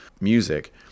music